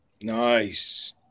Nice